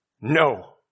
No